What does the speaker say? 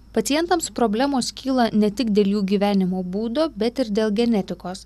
pacientams problemos kyla ne tik dėl jų gyvenimo būdo bet ir dėl genetikos